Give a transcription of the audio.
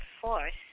force